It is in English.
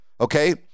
Okay